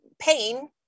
pain